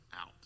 out